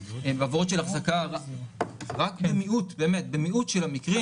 רק במיעוט של המקרים